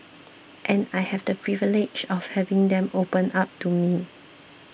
and I have the privilege of having them open up to me